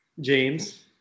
James